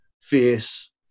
fierce